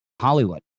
Hollywood